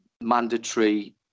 mandatory